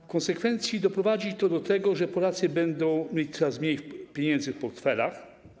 W konsekwencji doprowadzi to do tego, że Polacy będą mieć coraz mniej pieniędzy w portfelach.